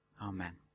amen